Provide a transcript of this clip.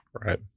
Right